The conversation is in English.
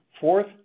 Fourth